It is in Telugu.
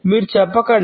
మీరు చెప్పకండి